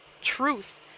truth